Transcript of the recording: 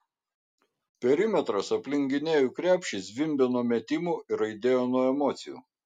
perimetras aplink gynėjų krepšį zvimbė nuo metimų ir aidėjo nuo emocijų